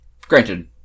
Granted